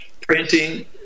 printing